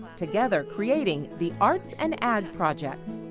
together creating the arts and ag project.